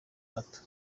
bato